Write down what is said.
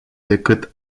decât